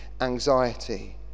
anxiety